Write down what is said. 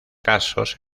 casos